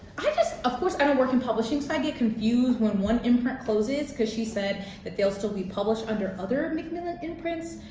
i just of course i don't work in publishing. so i get confused when one imprint closes because she said that they'll still be published under other macmillan imprints.